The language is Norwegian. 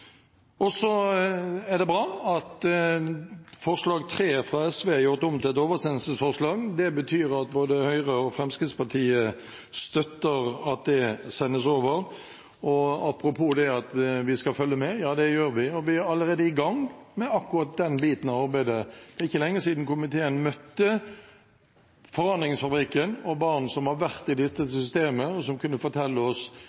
plass, så kan en vurdere om det likevel er ting som skal utredes framover. Det synes jeg er et konstruktivt innspill. Da får en i hvert fall gjort det en kan, nå. Det er bra at forslag nr. 3, fra SV, er gjort om til et oversendelsesforslag. Det betyr at både Høyre og Fremskrittspartiet støtter at det oversendes. Apropos dette at vi skal følge med: Det gjør vi. Vi er allerede i gang med akkurat den biten av